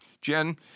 Jen